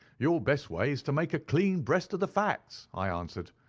your best way is to make a clean breast of the facts i answered.